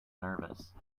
nervous